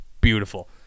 Beautiful